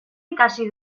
ikasi